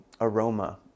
aroma